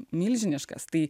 milžiniškas tai